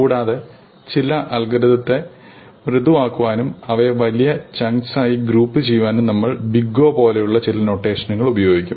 കൂടാതെ ചില അൽഗോരിതത്തെ മൃദുവാക്കാനും അവയെ വലിയ ചങ്ക്സ് ആയി ഗ്രൂപ്പുചെയ്യാനും നമ്മൾ ബിഗ് O പോലെയുള്ള ചില നൊട്ടേഷനുകൾ ഉപയോഗിക്കും